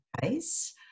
case